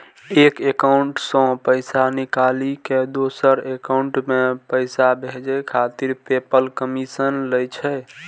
एक एकाउंट सं पैसा निकालि कें दोसर एकाउंट मे पैसा भेजै खातिर पेपल कमीशन लै छै